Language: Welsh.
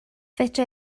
fedra